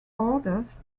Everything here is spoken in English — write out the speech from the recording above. orders